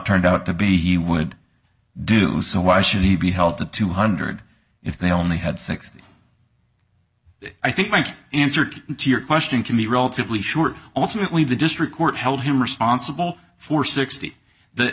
turned out to be he would do so why should he be held to two hundred if they only had sixty i think my answer to your question can be relatively short also really the district court held him responsible for sixty